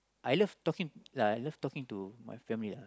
I love talking lah I love talking to my family lah